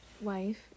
wife